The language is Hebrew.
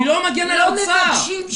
אתם גם מגנים על האוצר ולא נוגעים בו.